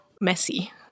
messy